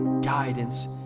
guidance